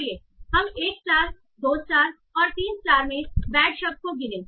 आइए हम 1 star 2 star और 3 स्टार में बैड शब्द को गिनें